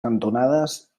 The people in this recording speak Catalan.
cantonades